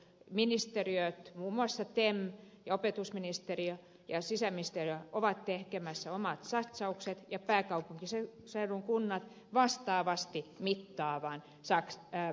ministeriöt muun muassa tem opetusministeriö ja sisäministeriö ovat tekemässä omat satsaukset ja pääkaupunkiseudun kunnat vastaavasti mittavan satsauksen